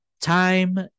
time